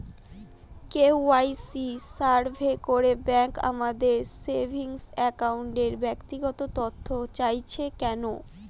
KYC survey করে bank আমাদের saving অ্যাকাউন্টের ব্যক্তিগত তথ্য চাইছে কেন?